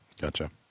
Gotcha